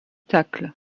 tacles